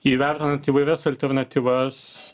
įvertinant įvairias alternatyvas